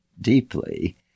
deeply